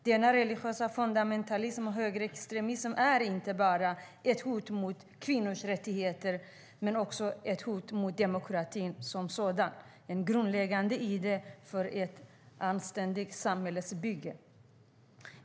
Denna religiösa fundamentalism och högerextremism är inte bara ett hot mot kvinnors rättigheter, utan det är också ett hot mot demokratin som sådan - en grundläggande idé för ett anständigt samhällsbygge.